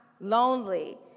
lonely